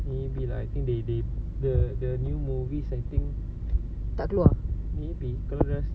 maybe lah I think they they the the new movies I think maybe kalau rasa